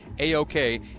A-OK